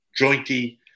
jointy –